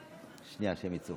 סליחה.